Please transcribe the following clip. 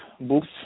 books